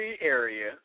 area